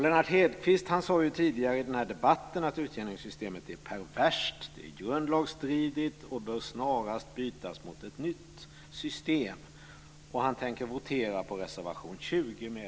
Lennart Hedquist sade tidigare i debatten att utjämningssystemet är perverst, grundlagsstridigt och bör snarast bytas mot ett nytt system. Han tänker votera på reservation 20.